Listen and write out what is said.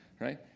right